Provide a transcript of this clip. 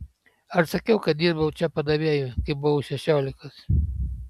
ar sakiau kad dirbau čia padavėju kai buvau šešiolikos